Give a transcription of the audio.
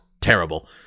terrible